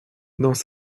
dans